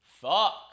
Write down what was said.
Fuck